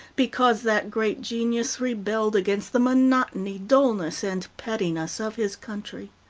because that great genius rebelled against the monotony, dullness, and pettiness of his country.